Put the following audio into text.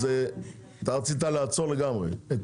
אתה רצית לעצור לגמרי.